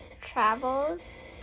travels